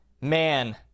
man